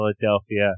Philadelphia